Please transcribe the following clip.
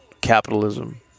Capitalism